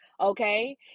okay